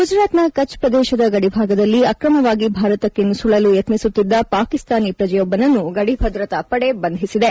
ಗುಜರಾತ್ನ ಕಚ್ ಪ್ರದೇಶದ ಗಡಿಭಾಗದಲ್ಲಿ ಆಕ್ರಮವಾಗಿ ಭಾರತಕ್ಕೆ ನುಸುಳಲು ಯತ್ನಿಸುತ್ತಿದ್ದ ಪಾಕಿಸ್ತಾನಿ ಪ್ರಜೆಯೊಬ್ಬನನ್ನು ಗಡಿಭದ್ರತಾ ಪಡೆ ಬಂಧಿಸಿದೆ